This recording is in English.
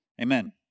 Amen